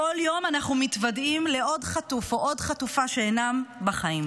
בכל יום אנחנו מתוודעים לעוד חטוף או עוד חטופה שאינם בחיים.